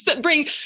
bring